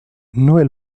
noël